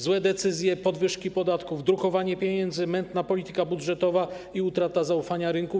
Złe decyzje, podwyżki podatków, drukowanie pieniędzy, mętna polityka budżetowa i utrata zaufania rynku.